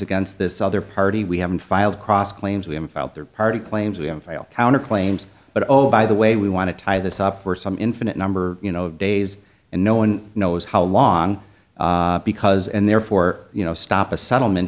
against this other party we haven't filed across claims we haven't filed their party claims we have failed counter claims but oh by the way we want to tie this up for some infinite number you know days and no one knows how long because and therefore you know stop a settlement